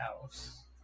house